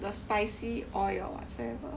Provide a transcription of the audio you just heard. the spicy oil or whatsoever